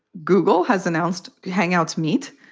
google has announced hangouts meet.